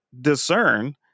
discern